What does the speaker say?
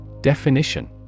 Definition